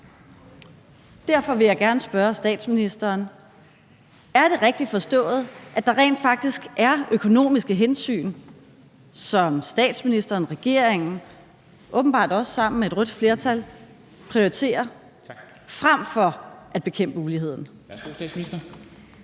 Derfor vil jeg gerne spørge statsministeren: Er det rigtigt forstået, at der rent faktisk er økonomiske hensyn, som statsministeren og regeringen, åbenbart sammen med et rødt flertal, prioriterer frem for at bekæmpe uligheden?